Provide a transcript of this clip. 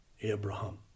Abraham